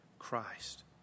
Christ